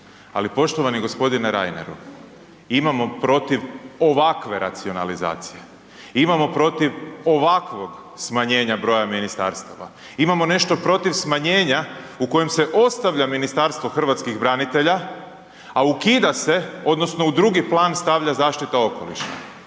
Ali poštovani gospodine Reineru, imamo protiv ovakve racionalizacije, imamo protiv ovakvog smanjenja broja ministarstava, imamo nešto protiv smanjenja u kojem se ostavlja Ministarstvo hrvatskih branitelja, a ukida se odnosno u drugi plan stavlja zaštita okoliša.